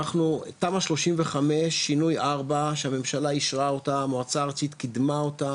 תמ"א 35 שינוי 4 שהממשלה אישרה אותה המועצה הארצית קידמה אותה